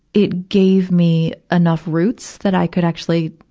it gave me enough roots that i could actually,